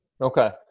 okay